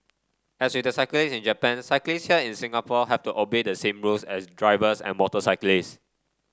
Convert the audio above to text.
as with the cyclists in Japan cyclists here in Singapore have to obey the same rules as drivers and motorcyclists